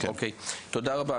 תודה רבה.